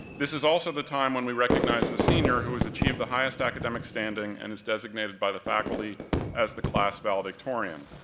this is also the time when we recognize the senior who has achieved the highest academic standing and is designated by the faculty as the class valedictorian.